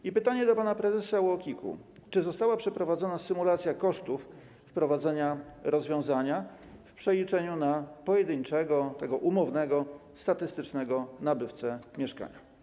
I pytanie do pana prezesa UOKiK-u: Czy została przeprowadzona symulacja kosztów wprowadzenia rozwiązania w przeliczeniu na pojedynczego, tego umownego, statystycznego nabywcę mieszkania?